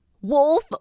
Wolf